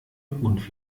und